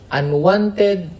unwanted